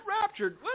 raptured